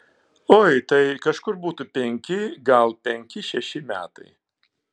oi tai kažkur būtų penki gal penki šeši metai